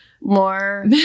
more